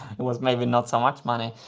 it was maybe not so much money.